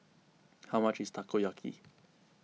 how much is Takoyaki